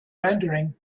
rendering